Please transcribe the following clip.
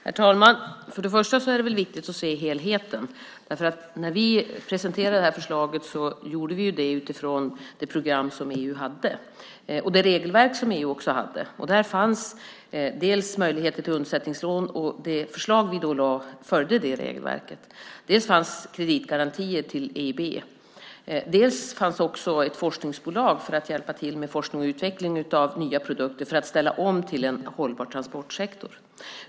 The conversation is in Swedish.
Herr talman! Först och främst är det viktigt att se helheten. När vi presenterade förslaget gjorde vi det utifrån det program och det regelverk som EU hade. Där fanns bland annat möjligheter till undsättningslån, och det förslag vi lade fram följde regelverket. Dels fanns där kreditgarantier till EIB, dels fanns ett forskningsbolag för att hjälpa till med forskning och utveckling av nya produkter för att ställa om till en hållbar transportsektor.